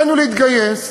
עלינו להתגייס,